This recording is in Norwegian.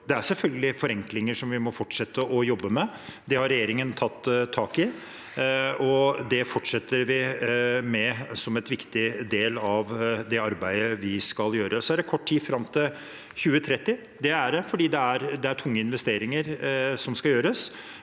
Det er selvfølgelig forenklinger vi må fortsette å jobbe med. Det har regjeringen tatt tak i, og det fortsetter vi med som en viktig del av det arbeidet vi skal gjøre. Det er kort tid fram til 2030. Det er det fordi det er tunge investeringer som skal gjøres,